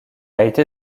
été